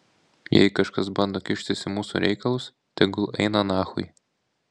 jei kažkas bando kištis į mūsų reikalus tegul eina nachui